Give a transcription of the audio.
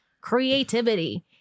creativity